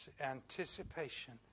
anticipation